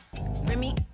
Remy